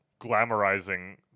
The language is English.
glamorizing